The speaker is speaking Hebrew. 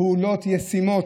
פעולות ישימות,